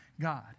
God